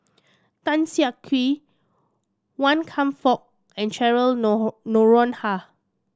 Tan Siak Kew Wan Kam Fook and Cheryl Noronha